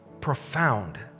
profound